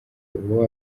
uba